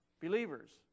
Believers